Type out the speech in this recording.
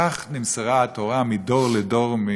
כך נמסרה התורה מדור לדור,